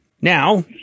now